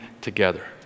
together